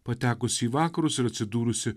patekus į vakarus ir atsidūrusi